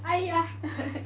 !aiya!